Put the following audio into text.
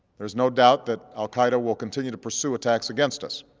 there's no doubt that al qaeda will continue to pursue attacks against us.